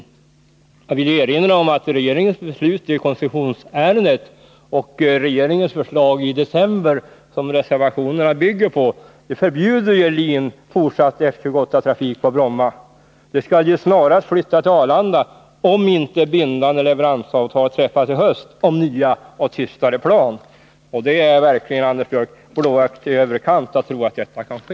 Jag vill erinra om att regeringens beslut i koncessionsärendet och regeringens förslag i december, som reservationerna bygger på, förbjuder LIN fortsatt F-28-trafik på Bromma. Den trafiken skall ju snarast flytta till Arlanda, om inte bindande leveransavtal träffas i höst om nya och tystare plan — och det är verkligen, Anders Björck, blåögt i överkant att tro att detta kan ske.